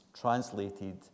translated